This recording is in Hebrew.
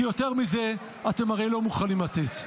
כי יותר מזה אתם הרי לא מוכנים לתת.